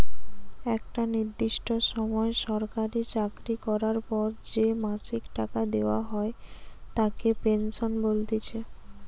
একটা নির্দিষ্ট সময় সরকারি চাকরি করার পর যে মাসিক টাকা দেওয়া হয় তাকে পেনশন বলতিছে